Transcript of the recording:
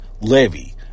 Levy